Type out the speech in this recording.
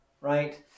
Right